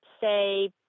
say